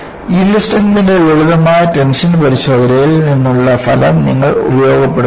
yield സ്ട്രെങ്ത്ൻറെ ലളിതമായ tension പരിശോധനയിൽ നിന്നുള്ള ഫലം നിങ്ങൾ ഉപയോഗപ്പെടുത്തുന്നു